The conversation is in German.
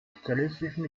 sozialistischen